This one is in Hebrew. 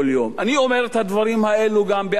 אני אומר את הדברים האלו גם באנלוגיה,